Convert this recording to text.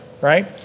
right